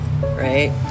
right